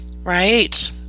Right